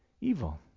evil